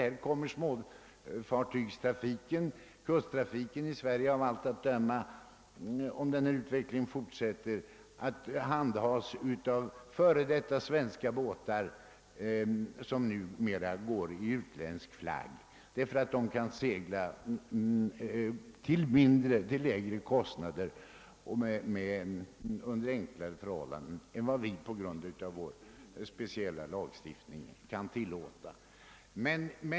Om denna utveckling fortsätter, kommer kusttrafiken i Sverige av allt att döma att till stor del handhas av före detta svenska båtar, vilka numera går under utländsk flagg. De kan då segla till lägre kostnader och under enklare förhållanden än vi på grund av vår speciella lagstiftning kan tillåta.